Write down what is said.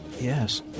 Yes